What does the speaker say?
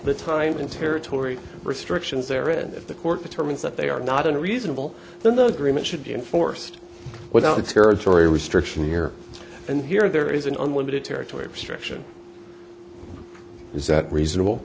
the time and territory restrictions there are and if the court determines that they are not in reasonable then those agreements should be enforced without its territory restriction here and here there is an unlimited territory obstruction is that reasonable